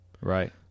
Right